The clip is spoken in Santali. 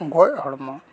ᱜᱚᱡ ᱦᱚᱲᱢᱚ